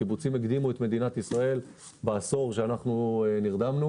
הקיבוצים הקדימו את מדינת ישראל כשאנחנו נרדמנו.